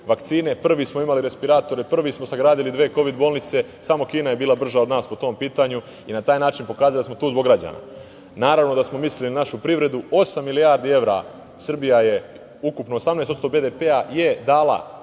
vakcine, prvi smo imali respiratore, prvi smo sagradili dve kovid bolnice. Samo Kina je bila brža od nas po tom pitanju i na taj način smo pokazali da smo tu zbog građana. Naravno, mislili smo i na našu privredu, osam milijardi evra ukupno je Srbija, 18% BDP-a, dala